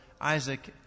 Isaac